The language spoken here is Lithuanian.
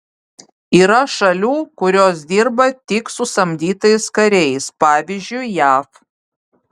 yra šalių kurios dirba tik su samdytais kariais pavyzdžiui jav